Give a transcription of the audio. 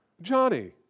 Johnny